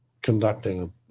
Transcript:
conducting